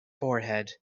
forehead